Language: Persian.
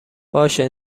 باشه